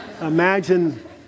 imagine